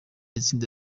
itsinda